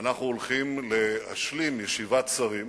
אנחנו הולכים להשלים ישיבת שרים